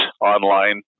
online